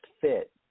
fit